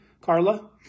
Carla